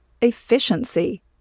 efficiency